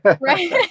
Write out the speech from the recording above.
right